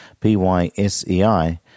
PYSEI